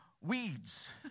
Weeds